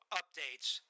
updates